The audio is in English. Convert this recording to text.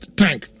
tank